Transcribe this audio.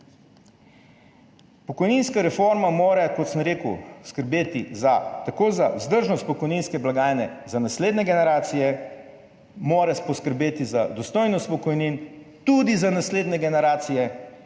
Pokojninska reforma mora, kot sem rekel, skrbeti tako za vzdržnost pokojninske blagajne za naslednje generacije, mora poskrbeti za dostojnost pokojnin, tudi za naslednje generacije,